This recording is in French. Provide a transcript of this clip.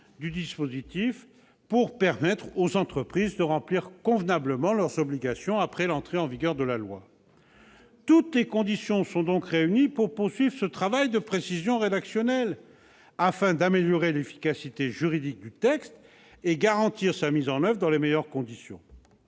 du dispositif pour permettre aux entreprises de remplir convenablement leurs obligations après l'entrée en vigueur de la loi. Toutes les conditions sont réunies pour poursuivre ce travail de précision rédactionnelle afin d'améliorer l'efficacité juridique du texte et de garantir sa mise en oeuvre dans les meilleures conditions.